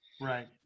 right